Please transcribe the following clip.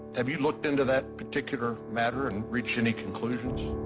have you looked into that particular matter and reached any conclusions?